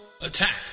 Attack